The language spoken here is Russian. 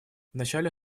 вначале